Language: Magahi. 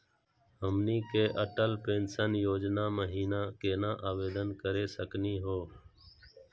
हमनी के अटल पेंसन योजना महिना केना आवेदन करे सकनी हो?